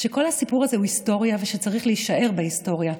שכל הסיפור הזה הוא היסטוריה וצריך להישאר בהיסטוריה,